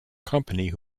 company